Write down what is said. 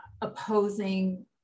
opposing